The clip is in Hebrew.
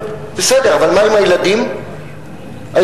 אני מוותר לאדטו.